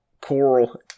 Coral